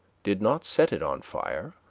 did not set it on fire